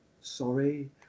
sorry